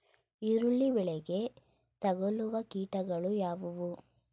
ಈರುಳ್ಳಿ ಬೆಳೆಗೆ ತಗಲುವ ಕೀಟಗಳು ಯಾವುವು?